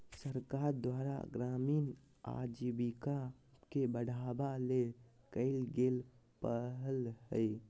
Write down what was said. सरकार द्वारा ग्रामीण आजीविका के बढ़ावा ले कइल गेल पहल हइ